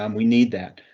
um we need that.